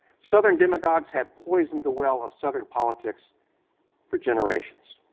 southern demagogues have poisoned the well of southern politics for generations,